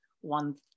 one